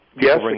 Yes